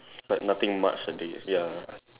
like nothing much a day ya